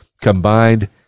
combined